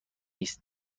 است